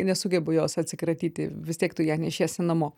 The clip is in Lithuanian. nesugebu jos atsikratyti vis tiek tu ją nešiesi namo